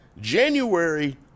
January